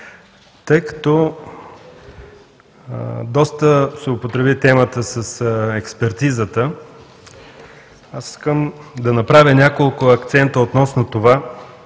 Тъй като доста се употреби темата с експертизата, аз искам да направя няколко акцента относно това